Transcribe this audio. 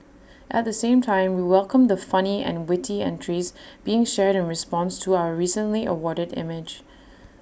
at the same time we welcome the funny and witty entries being shared in response to our recently awarded image